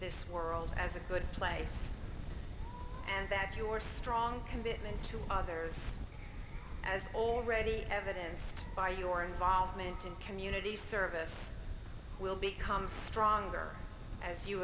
this world as a good place and that you are strong commitment to others as already evidence by your involvement in community service will become stronger as you